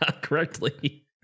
correctly